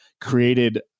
created